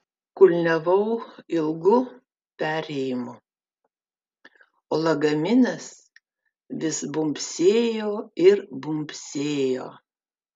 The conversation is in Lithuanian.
kulniavau ilgu perėjimu o lagaminas vis bumbsėjo ir bumbsėjo